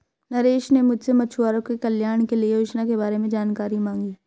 नरेश ने मुझसे मछुआरों के कल्याण के लिए योजना के बारे में जानकारी मांगी